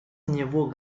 него